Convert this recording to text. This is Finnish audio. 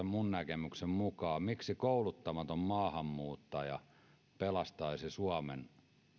minun näkemykseni mukaan on ristiriitaista että kouluttamaton maahanmuuttaja pelastaisi suomen